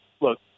look